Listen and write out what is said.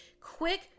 quick